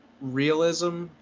realism